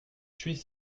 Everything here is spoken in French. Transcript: suis